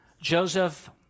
Joseph